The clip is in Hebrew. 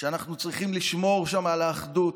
אנחנו צריכים לשמור שם על האחדות,